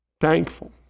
thankful